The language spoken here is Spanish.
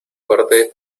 fuerte